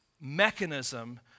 mechanism